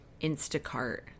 instacart